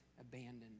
abandoned